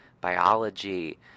biology